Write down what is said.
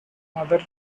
other